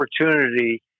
opportunity